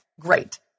great